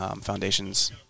foundations